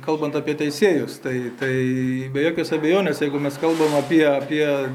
kalbant apie teisėjus tai tai be jokios abejonės jeigu mes kalbam apie apie